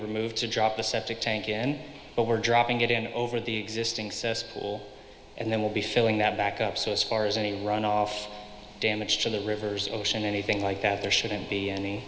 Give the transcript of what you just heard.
we remove to drop the septic tank in but we're dropping it in over the existing cess pool and then we'll be filling that back up so as far as any runoff damage to the rivers ocean anything like that there shouldn't be any